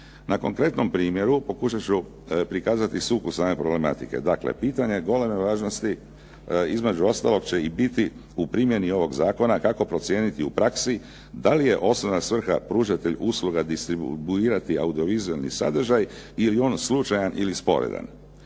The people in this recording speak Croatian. Na konkretnom primjeru pokušat ću prikazati sukus same problematike. Dakle pitanje goleme važnosti između ostalog će i biti u primjeni ovog zakona kako procijeniti u praksi da li je osnovna svrha pružatelj usluga distribuirati audiovizualni sadržaj ili je on slučajan ili sporedan.